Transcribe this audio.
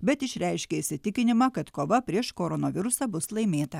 bet išreiškė įsitikinimą kad kova prieš koronavirusą bus laimėta